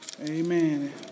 Amen